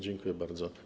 Dziękuję bardzo.